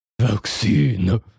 vaccine